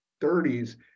30s